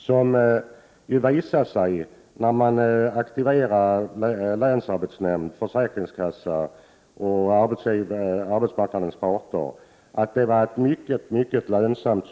Detta system har, då man har aktiverat länsarbetsnämnd, försäkringskassa och arbetsmarknadens parter, visat sig vara mycket lönsamt.